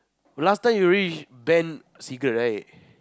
last time you already ban cigarette right